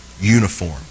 uniform